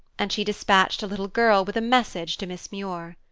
and she dispatched a little girl with a message to miss muir.